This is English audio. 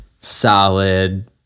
solid